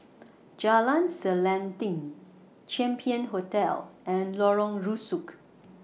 Jalan Selanting Champion Hotel and Lorong Rusuk